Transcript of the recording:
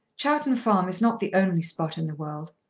chowton farm is not the only spot in the world.